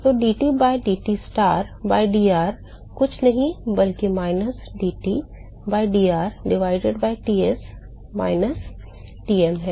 तो dT by dTstar by dr कुछ नहीं बल्कि minus dT by dr divided by Ts minus Tm है